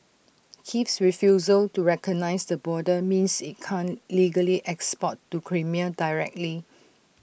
Kiev's refusal to recognise the border means IT can't legally export to Crimea directly